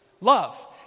Love